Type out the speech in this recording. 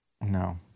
no